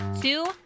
two